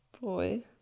boy